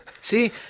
see